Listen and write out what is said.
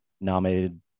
nominated